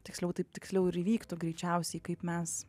tiksliau taip tiksliau ir įvyktų greičiausiai kaip mes